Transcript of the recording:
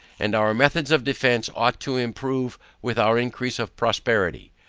and our methods of defence, ought to improve with our increase of property.